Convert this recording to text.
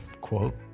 quote